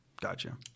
Gotcha